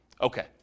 Okay